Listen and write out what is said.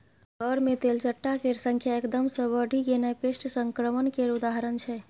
घर मे तेलचट्टा केर संख्या एकदम सँ बढ़ि गेनाइ पेस्ट संक्रमण केर उदाहरण छै